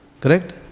Correct